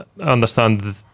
understand